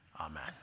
Amen